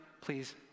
please